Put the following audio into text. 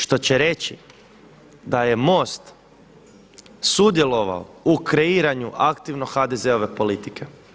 Što će reći, da je MOST sudjelovao u kreiranju aktivno HDZ-ove politike.